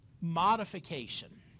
Modification